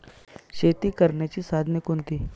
शेती करण्याची साधने कोणती?